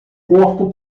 corpo